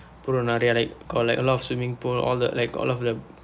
அப்புறம் நிறைய:appuram niraiya like got like a lot of swimming pool all the like all of the